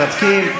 לא מסתפקים.